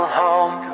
home